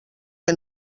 que